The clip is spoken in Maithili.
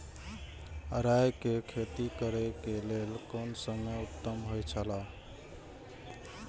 राय के खेती करे के लेल कोन समय उत्तम हुए छला?